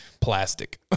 plastic